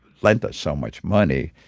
lent us so much money,